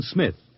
Smith